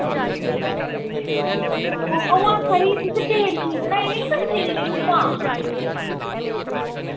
अंऊ आक्खा दी ही तुसें डेटशीट कढाई ना बच्चे दी जित्थुआं